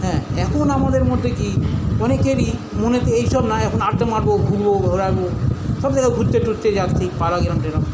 হ্যাঁ এখন আমাদের মধ্যে কি অনেকেরই মনেতে এইসব না এখন আড্ডা মারবো ঘুরবো ঘোরাবো সব জায়গা ঘুরতে টুরতে যাচ্ছে পাড়া গ্রাম ট্রাম